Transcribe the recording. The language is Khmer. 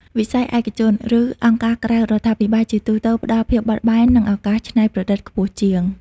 វិស័យឯកជន ឬអង្គការក្រៅរដ្ឋាភិបាលជាទូទៅផ្តល់ភាពបត់បែន និងឱកាសច្នៃប្រឌិតខ្ពស់ជាង។